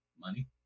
Money